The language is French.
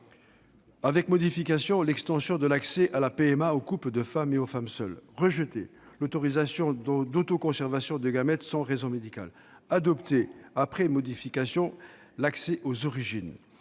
avec modification, l'extension de l'accès à la PMA aux couples de femmes et aux femmes seules ; rejeté l'autorisation d'autoconservation de gamètes sans raison médicale ; adopté, avec modification, l'accès aux origines